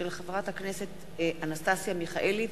מאת חבר הכנסת אברהם מיכאלי,